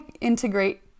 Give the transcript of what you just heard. integrate